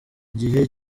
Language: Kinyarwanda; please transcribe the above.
gihe